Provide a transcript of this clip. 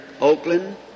Oakland